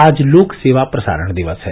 आज लोकसेवा प्रसारण दिवस है